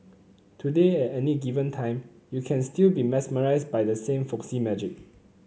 today any given time you can still be mesmerised by the same folksy magic